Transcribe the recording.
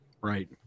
Right